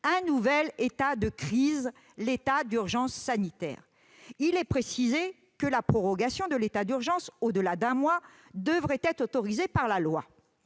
un nouvel état de crise : l'état d'urgence sanitaire. Il y est précisé que la prorogation de l'état d'urgence au-delà d'un mois doit être autorisée par la loi.